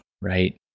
right